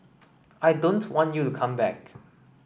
I don't want you come back